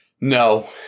no